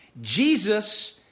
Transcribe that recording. Jesus